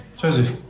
Joseph